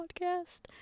podcast